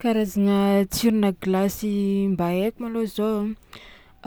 Karazagna tsironà gilasy mba haiko malôha zao: